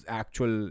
actual